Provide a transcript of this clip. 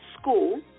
school